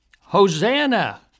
Hosanna